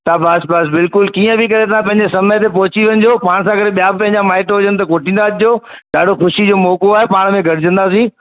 त बसि बसि बिल्कुलु कीअं बि करे तव्हां पंहिंजे समय ते पहुची वञो पाण सां गॾु या पंहिंजा माइटु हुजे त कोठींदा अचो ॾाढो ख़ुशीअ जो मौको आहे पाण में